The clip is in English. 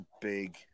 big